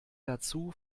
dazu